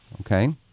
Okay